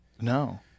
No